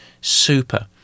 super